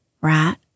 rat